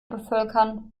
bevölkern